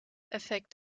effekt